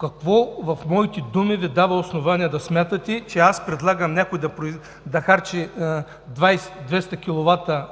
Какво в моите думи Ви дава основание да смятате, че аз предлагам някой да харчи 200 киловата